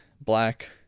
black